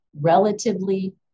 relatively